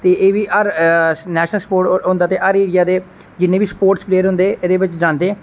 ते ऐ बी नेशनल स्पोर्ट होंदा ते हर एरिया दे जिन्ने बी स्पोर्टस प्लेयर होंदे ओह् बारी बारी